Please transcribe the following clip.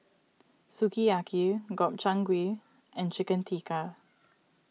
Sukiyaki Gobchang Gui and Chicken Tikka